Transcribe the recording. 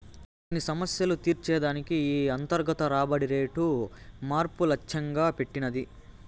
కొన్ని సమస్యలు తీర్చే దానికి ఈ అంతర్గత రాబడి రేటు మార్పు లచ్చెంగా పెట్టినది